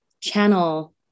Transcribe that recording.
channel